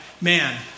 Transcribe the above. man